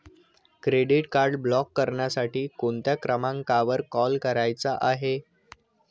Credit card block करण्यासाठी कोणत्या क्रमांकावर कॉल करायचा आहे?